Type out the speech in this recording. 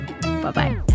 bye-bye